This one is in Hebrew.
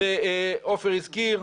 שעופר הזכיר,